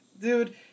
dude